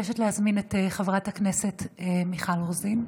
אני מבקשת להזמין את חברת הכנסת מיכל רוזין,